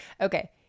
Okay